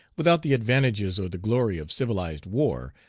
without the advantages or the glory of civilized war,